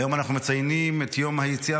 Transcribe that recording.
היום אנחנו מציינים את יום היציאה